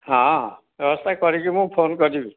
ହଁ ବ୍ୟବସ୍ଥା କରିକି ମୁଁ ଫୋନ୍ କରିବି